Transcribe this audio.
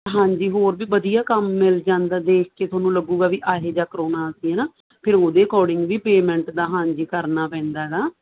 ਹਾਂਜੀ ਹੋਰ ਵੀ ਵਧੀਆ ਕੰਮ ਮਿਲ ਜਾਂਦਾ ਦੇਖ ਕੇ ਤੁਹਾਨੂੰ ਲੱਗੂਗਾ ਵੀ ਇਹੋ ਜਿਹਾ ਕਰੋਨਾ ਅਸੀਂ ਹਨਾ ਫਿਰ ਉਹਦੇ ਅਕੋਰਡਿੰਗ ਵੀ ਪੇਮੈਂਟ ਦਾ ਹਾਂਜੀ ਕਰਨਾ ਪੈਂਦਾ ਹੈਗਾ